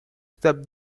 step